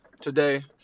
today